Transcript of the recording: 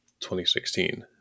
2016